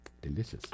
delicious